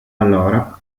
allora